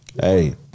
Hey